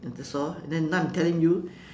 that's all then now I'm telling you